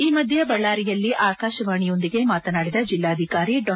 ಈ ಮಧ್ಯೆ ಬಳ್ಳಾರಿಯಲ್ಲಿ ಆಕಾಶವಾಣಿಯೊಂದಿಗೆ ಮಾತನಾಡಿದ ಜಿಲ್ಲಾಧಿಕಾರಿ ಡಾ